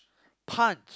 pun